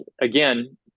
again